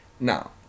now